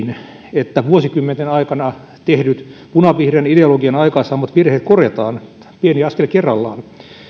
että vuosikymmenten aikana tehdyt punavihreän ideologian aikaansaamat virheet korjataan pieni askel kerrallaan